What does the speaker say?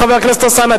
חבר הכנסת אלסאנע,